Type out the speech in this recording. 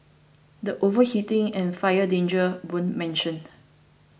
the overheating and fire dangers weren't mentioned